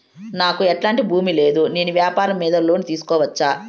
నాకు ఎట్లాంటి భూమి లేదు నేను వ్యాపారం మీద లోను తీసుకోవచ్చా?